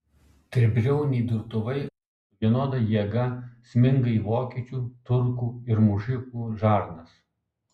tribriauniai durtuvai su vienoda jėga sminga į vokiečių turkų ir mužikų žarnas